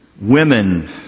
women